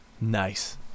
nice